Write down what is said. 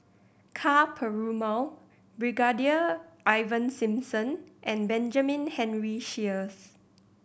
Ka Perumal Brigadier Ivan Simson and Benjamin Henry Sheares